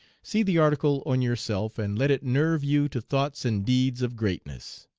see the article on yourself, and let it nerve you to thoughts and deeds of greatness.